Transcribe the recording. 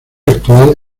actual